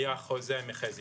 היה חוזה מחזי